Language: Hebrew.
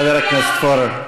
חבר הכנסת פורר.